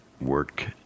work